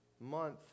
month